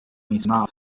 mencionado